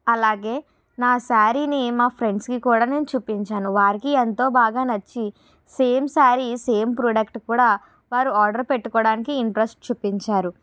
అలాగే నా సారీనీ మా ఫ్రెండ్స్కి కూడా నేను చూపించాను వారికి ఎంతో బాగా నచ్చి సేమ్ సారీ సేమ్ ప్రోడక్ట్ కూడా వారు ఆర్డర్ పెట్టుకోవడానికి ఇంట్రెస్ట్ చూపించారు